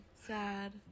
sad